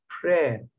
prayer